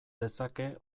dezake